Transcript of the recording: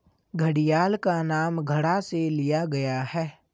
घड़ियाल का नाम घड़ा से लिया गया है